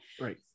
Right